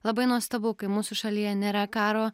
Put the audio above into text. labai nuostabu kai mūsų šalyje nėra karo